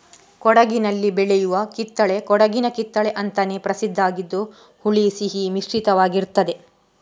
ಕೊಡಗಿನಲ್ಲಿ ಬೆಳೆಯುವ ಕಿತ್ತಳೆ ಕೊಡಗಿನ ಕಿತ್ತಳೆ ಅಂತಾನೇ ಪ್ರಸಿದ್ಧ ಆಗಿದ್ದು ಹುಳಿ ಸಿಹಿ ಮಿಶ್ರಿತವಾಗಿರ್ತದೆ